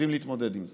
יודעים להתמודד עם זה.